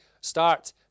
start